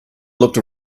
looked